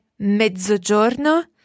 mezzogiorno